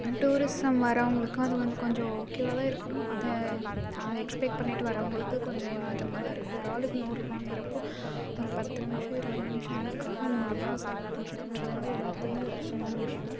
tourism வர்றவங்களுக்கு அது வந்து கொஞ்சம் ஓகேவாக தான் இருக்கும் அதை அதை எக்ஸ்பெக்ட் பண்ணிட்டு வர்றவங்களுக்கு கொஞ்சம் ஏமாற்றமாக தான் இருக்கும் ஒரு ஆளுக்கு நூறு ரூபாங்கிறப்போ ஒரு பத்து நிமுஷம் இருபது நிமிஷதுக்காக நூறுபா செலவு பண்றதுங்கிறது வந்து எல்லாத்துக்கும் கஷ்டமான விஷயம்